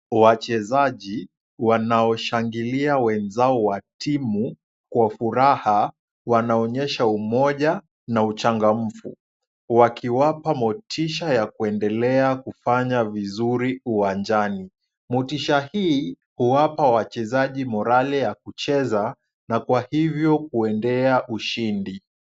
Wachezaji wanaoshangilia wenzao wa timu kwa furaha, wanaonyesha umoja na uchangamfu, wakiwapa motisha ya kuendelea kufanya vizuri uwanjani. Motisha hii huwapa wachezaji morale ya kucheza na kwa hivyo kuendea ushindi.